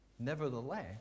Nevertheless